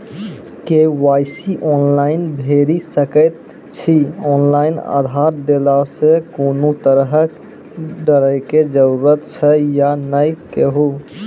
KYC online भैरि सकैत छी, ऑनलाइन आधार देलासॅ कुनू तरहक डरैक जरूरत छै या नै कहू?